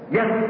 Yes